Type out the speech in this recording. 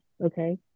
Okay